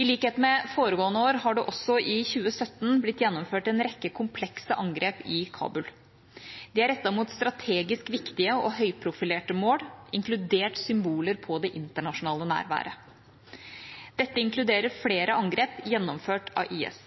I likhet med foregående år har det også i 2017 blitt gjennomført en rekke komplekse angrep i Kabul. De er rettet mot strategisk viktige og høyprofilerte mål, inkludert symboler på det internasjonale nærværet. Dette inkluderer flere angrep gjennomført av IS.